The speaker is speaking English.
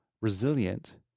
resilient